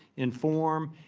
inform,